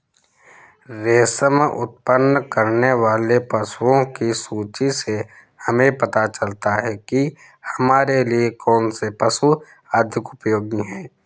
रेशम उत्पन्न करने वाले पशुओं की सूची से हमें पता चलता है कि हमारे लिए कौन से पशु अधिक उपयोगी हैं